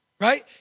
right